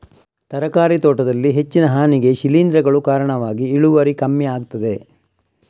ತರಕಾರಿ ತೋಟದಲ್ಲಿ ಹೆಚ್ಚಿನ ಹಾನಿಗೆ ಶಿಲೀಂಧ್ರಗಳು ಕಾರಣವಾಗಿ ಇಳುವರಿ ಕಮ್ಮಿ ಆಗ್ತದೆ